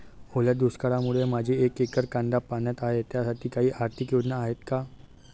ओल्या दुष्काळामुळे माझे एक एकर कांदा पाण्यात आहे त्यासाठी काही आर्थिक योजना आहेत का?